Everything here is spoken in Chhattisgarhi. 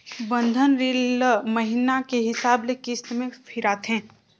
बंधन रीन ल महिना के हिसाब ले किस्त में फिराथें